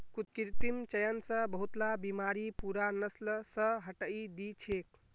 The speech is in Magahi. कृत्रिम चयन स बहुतला बीमारि पूरा नस्ल स हटई दी छेक